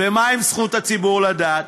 ומה עם זכות הציבור לדעת?